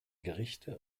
gerichte